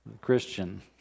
Christian